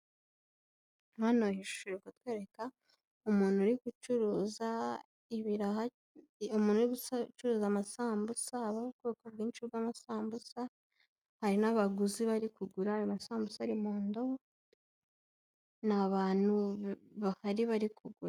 Rino shusho riri kutwereka umuntu uri gucuruza ibiraha, umuntu uri gucuruza amasambusa, habaho ubwoko bwinshi bw'amasambusa. Hari n'abaguzi bari kugura amasambusa ari mu ndobo, ni abantu bahari bari kugura.